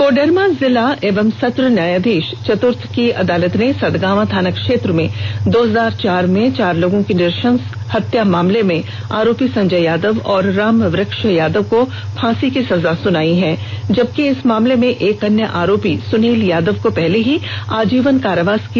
कोडरमा जिला एवं सत्र न्यायाधीश चतृर्थ की अदालत ने सतगावां थाना क्षेत्र में दो हजार चार में चार लोगों की नृशंस हत्या मामले में आरोपी संजय यादव और रामवक्ष यादव को फांसी की सजा सुनाई है जबकि इस मामले में एक अन्य आरोपी सुनील यादव को पहले ही आजीवन कारावास की सजा सुनाई जा चुकी है